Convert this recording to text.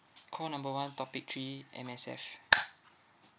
call number one topic three M_S_F